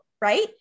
Right